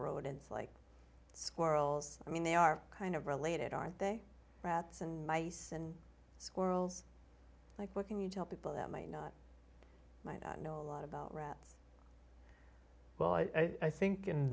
rodents like squirrels i mean they are kind of related aren't they rats and mice and squirrels like what can you tell people that might not know a lot about rats well i think in